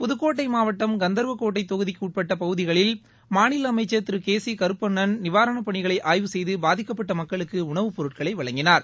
புதுக்கோட்டை மாவட்டம் கந்தாவக்கோட்டை தொகுதிக்கு உட்பட்ட பகுதிகளில் மாநில அமைச்சா் திரு கே சி கருப்பணன் நிவாரணப் பணிகளை ஆய்வு செய்து பாதிக்கப்பட்ட மக்களுக்கு உணவுப் பொருட்களை வழங்கினார்